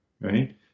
right